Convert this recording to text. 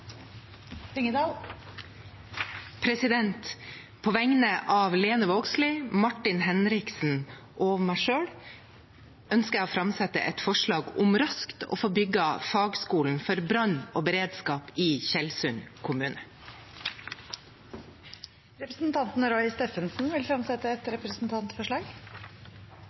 Lyngedal vil fremsette et representantforslag. På vegne av Lene Vågslid, Martin Henriksen og meg selv ønsker jeg å framsette et forslag om raskt å få bygd fagskolen for brann og beredskap i Tjeldsund kommune. Representanten Roy Steffensen vil fremsette et representantforslag.